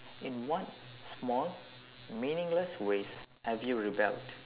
in what small meaningless ways have you rebelled